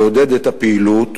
לעודד את הפעילות,